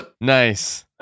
Nice